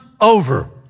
over